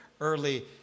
early